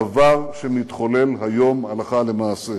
דבר שמתחולל היום הלכה למעשה.